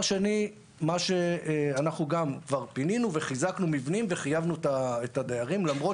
אנחנו כבר פינינו וחיזקנו מבנים וחייבנו את הדיירים ולמרות